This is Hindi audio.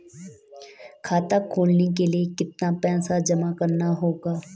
खाता खोलने के लिये कितना पैसा जमा करना होगा?